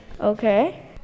Okay